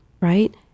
right